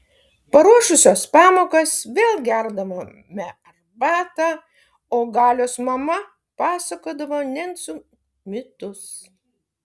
paruošusios pamokas vėl gerdavome arbatą o galios mama pasakodavo nencų mitus